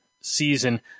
season